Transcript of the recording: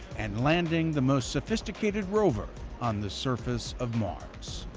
and landing the most sophisticated rover on the surface of mars.